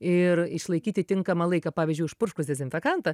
ir išlaikyti tinkamą laiką pavyzdžiui užpurškus dezinfekantą